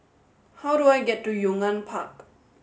how do I get to Yong An Park